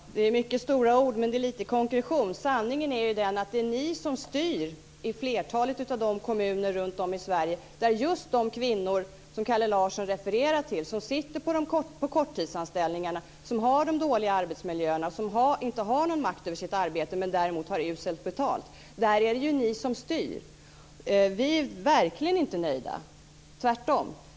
Herr talman! Det är mycket stora ord, men det är lite konkretion. Sanningen är ju den att det är ni som styr i flertalet av de kommuner runt om i Sverige där just de kvinnor som Kalle Larsson refererar till finns. Det gäller de kvinnor som har korttidsanställningarna, som har de dåliga arbetsmiljöerna och som inte har någon makt över sitt arbete men däremot har uselt betalt. Där är det ju ni som styr. Vi är verkligen inte nöjda, tvärtom.